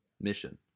mission